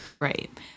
Right